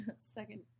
second